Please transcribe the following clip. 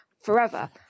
forever